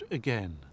again